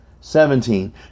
Seventeen